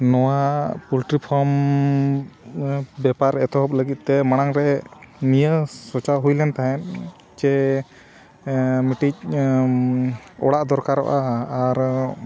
ᱱᱚᱣᱟ poultry farm ᱵᱮᱯᱟᱨ ᱮᱛᱚᱦᱚᱵ ᱞᱟᱹᱜᱤᱫ ᱛᱮ ᱢᱟᱲᱟᱝ ᱨᱮ ᱱᱤᱭᱟᱹ ᱥᱚᱪᱟᱣ ᱦᱩᱭ ᱞᱮᱱ ᱛᱟᱦᱮᱸᱫ ᱡᱮ ᱢᱤᱫᱴᱤᱡ ᱚᱲᱟᱜ ᱫᱚᱨᱠᱟᱨᱚᱜᱼᱟ ᱟᱨ